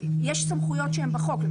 יש סמכויות שהן בחוק,